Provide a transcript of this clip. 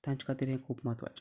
तांचे खातीर हें खूब म्हत्वाचें